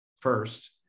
first